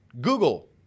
Google